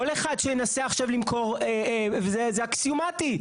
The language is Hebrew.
כל אחד שינסה עכשיו למכור, זה אקסיומטי.